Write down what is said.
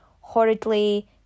horridly